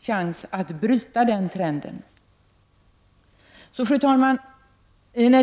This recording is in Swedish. chans att bryta den trenden. Fru talman!